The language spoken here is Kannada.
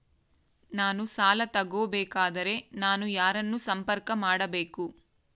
ನಾನು ಸಾಲ ತಗೋಬೇಕಾದರೆ ನಾನು ಯಾರನ್ನು ಸಂಪರ್ಕ ಮಾಡಬೇಕು?